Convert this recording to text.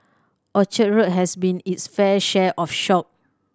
Orchard Road has seen it's fair share of shock